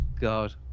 god